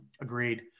Agreed